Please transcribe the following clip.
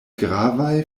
gravaj